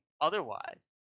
otherwise